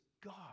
God